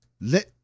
let